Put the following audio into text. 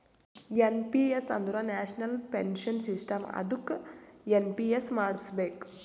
N P S ಅಂದುರ್ national pension system ಅದ್ದುಕ NPS ಮಾಡುಸ್ಬೇಕ್